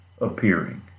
appearing